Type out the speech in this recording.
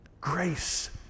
Grace